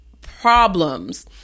problems